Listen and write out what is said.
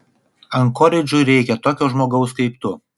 ankoridžui reikia tokio žmogaus kaip tu